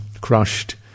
crushed